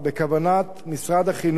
בכוונת משרד החינוך